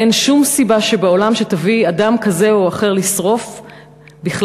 אין שום סיבה בעולם שתביא אדם כזה או אחר לשרוף בכלל,